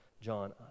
John